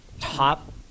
top